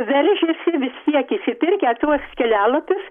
veržiasi vis jie išsipirkę tuos kelialapius